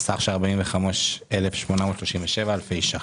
סך של 45,837 אלפי שקלים.